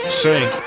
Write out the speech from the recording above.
sing